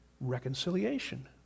reconciliation